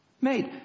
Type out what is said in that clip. Mate